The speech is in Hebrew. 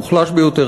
המוחלש ביותר,